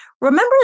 Remember